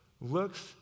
looks